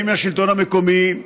הן עם השלטון המקומי,